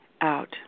out